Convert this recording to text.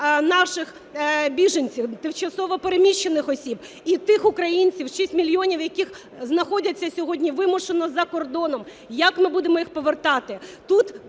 наших біженців, тимчасово переміщених осіб і тих українців, 6 мільйонів яких знаходяться сьогодні вимушено за кордоном. Як ми будемо їх повертати?